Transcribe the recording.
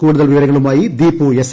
കൂടുതൽ വിവരങ്ങളുമായി ദീപു എസ്